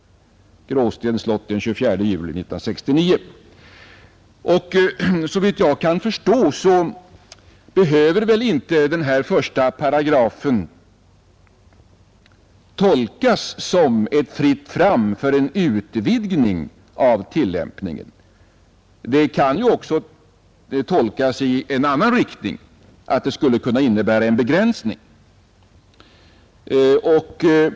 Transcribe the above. Gråstens slott den 24 juli 1969.” högskolor Såvitt jag kan förstå behöver den första paragrafen inte tolkas såsom ett fritt fram för en utvidgning av tillämpningen; den kan ju också tolkas i en annan riktning — den skulle kunna innebära en begränsning.